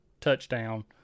touchdown